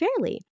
Fairly